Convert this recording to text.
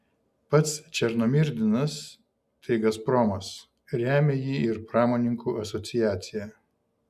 pats černomyrdinas tai gazpromas remia jį ir pramonininkų asociacija